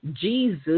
Jesus